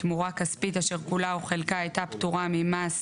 תמורה כספית אשר, כולה או חלקה, הייתה פטורה ממס